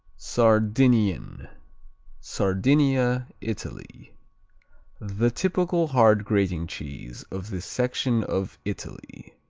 sardinian sardinia, italy the typical hard grating cheese of this section of italy.